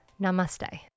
Namaste